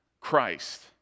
Christ